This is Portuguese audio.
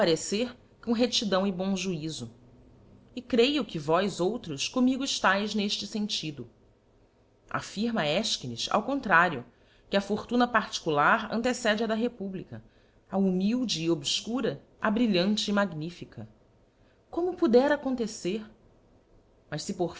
parecer com rectidão e bom juízo e creio que vós outros comigo eftaes n'efte fentido affirma efchines ao contrario que a fortuna particular antecede á da republica a humilde e obfcura á brilhante e magnifica como poderá acontecer mas le porfias